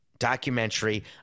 documentary